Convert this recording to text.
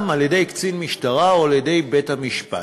על-ידי קצין משטרה או על-ידי בית-המשפט,